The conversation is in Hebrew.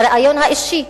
הריאיון האישי,